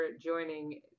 joining